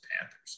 panthers